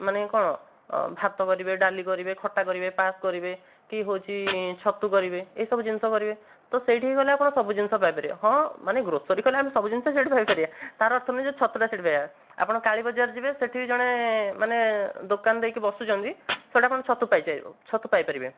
ମାନେ କଣ ଭାତ କରିବେ ଡାଲି କରିବେ ଖଟା କରିବେ ପାଏସ୍ କରିବେ କି ହଉଛି ଛତୁ କରିବେ ଏଇସବୁ ଜିନିଷ କରିବେ ତ ସେଇଠିକି ଗଲେ ଆପଣ ସବୁ ଜିନିଷ ପାଇପାରିବେ ହଁ ମାନେ ଗ୍ରୋସରୀ କହିଲେ ଆମେ ସବୁ ଜିନିଷ ସେଇଠୁ ପାଇପାରିବା ତାର ଅର୍ଥ ନୁହଁ ଯେ ଛତୁଟା ସେଇଠି ପାଇବା ଆପଣ କାଳୀ ବଜାର ଯିବେ ସେଇଠି ବି ଜଣେ ମାନେ ଦୋକାନ ଦେଇକି ବସୁଛନ୍ତି ସେଇଠୁ ଆପଣ ଛତୁ ପାଇପାରିବେ